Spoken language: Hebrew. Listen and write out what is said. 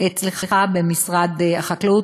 אצלך במשרד החקלאות.